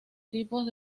tipos